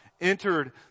entered